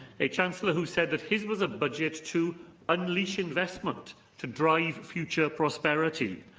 a chancellor who said that his was a budget to unleash investment to drive future prosperity,